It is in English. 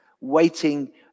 waiting